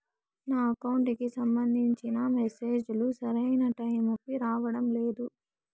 నా అకౌంట్ కి సంబంధించిన మెసేజ్ లు సరైన టైముకి రావడం లేదు